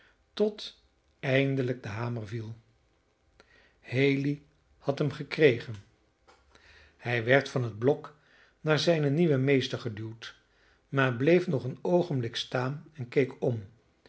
tot eindelijk de hamer viel haley had hem gekregen hij werd van het blok naar zijnen nieuwen meester geduwd maar bleef nog een oogenblik staan en keek om